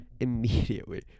immediately